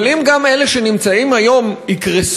אבל אם גם אלה שנמצאים היום יקרסו,